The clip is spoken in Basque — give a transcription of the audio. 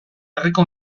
herriko